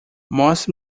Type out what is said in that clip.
mostre